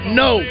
no